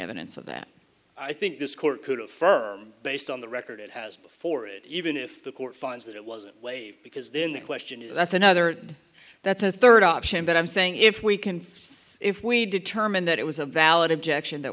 evidence of that i think this court could affirm based on the record it has before it even if the court finds that it wasn't late because then the question is that's another that's a third option but i'm saying if we can if we determine that it was a valid objection that